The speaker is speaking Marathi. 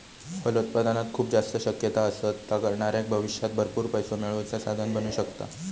फलोत्पादनात खूप जास्त शक्यता असत, ता करणाऱ्याक भविष्यात भरपूर पैसो मिळवुचा साधन बनू शकता